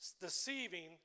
deceiving